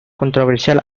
controversial